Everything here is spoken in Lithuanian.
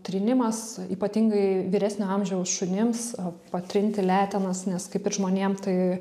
trynimas ypatingai vyresnio amžiaus šunims patrinti letenas nes kaip ir žmonėm tai